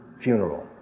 funeral